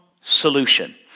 solution